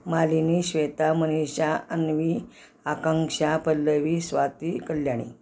Malini Shweta Manisha Anvi Akanksha Pallavi Swati Kalyani